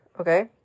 Okay